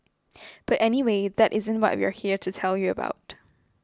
but anyway that isn't what we're here to tell you about